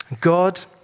God